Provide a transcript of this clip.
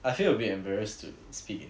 I feel a bit embarrassed to speak in